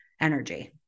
energy